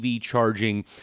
charging